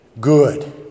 good